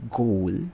goal